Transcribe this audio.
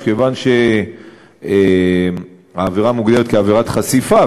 שכיוון שהעבירה מוגדרת כעבירת חשיפה,